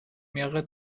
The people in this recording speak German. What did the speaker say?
mehrere